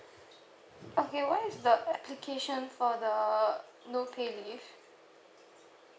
okay what is the application for the no pay leave